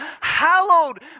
Hallowed